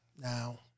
Now